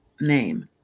name